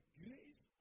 grace